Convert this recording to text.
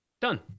Done